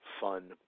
fun